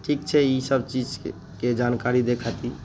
ठीक छै ईसब चीजके जानकारी दै खातिर